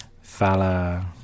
fala